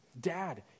dad